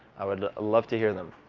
i would love to hear them.